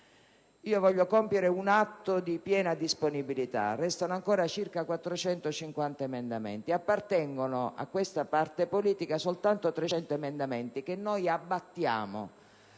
io voglio compiere un atto di piena disponibilità. Restano ancora circa 450 emendamenti; appartengono a questa parte politica soltanto 300 emendamenti che noi abbattiamo